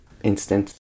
instance